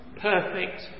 perfect